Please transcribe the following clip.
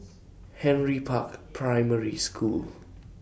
Henry Park Primary School